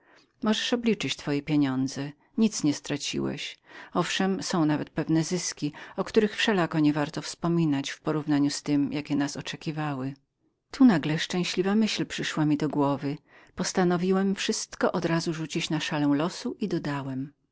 możesz obliczyć twoje pieniądze nic nie straciłeś owszem są nawet pewne zyski o których wszelako nie warto wspominać w porównaniu z temi jakie nas oczekiwały tu nagle szczęśliwa myśl przyszła mi do głowy postanowiłem wszystko od razu rzucić na szalę losu i dodałem